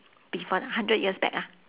before hundred years back ah